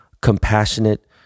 compassionate